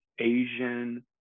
Asian